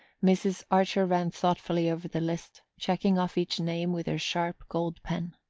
mrs. archer ran thoughtfully over the list, checking off each name with her sharp gold pen.